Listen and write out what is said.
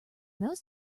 those